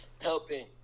helping